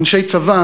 אנשי צבא,